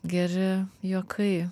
geri juokai